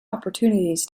opportunities